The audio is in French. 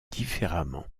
différemment